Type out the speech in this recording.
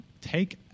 take